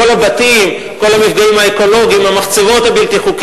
הוצגו האחוזים, במגזר הפלסטיני